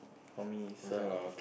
for me it's a